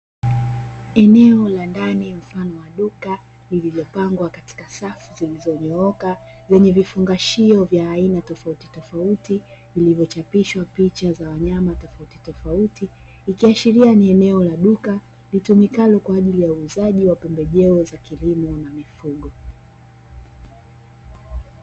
Eneo la ndani mfano wa duka, lililopangwa katika safu zilizonyooka lenye vifungashio vya aina tofautitofauti, vilivyochapishwa picha za wanyama tofautitofauti ikiashiria ni eneo la duka litumikalo kwa ajili ya uuzaji wa pembejeo za kilimo na mifugo.